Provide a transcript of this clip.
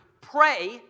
pray